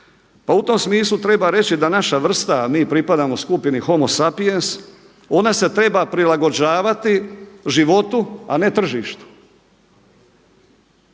Pa u tom smislu treba reći da naša vrsta, a mi pripadamo skupini homosapiens ona se treba prilagođavati životu, a ne tržištu.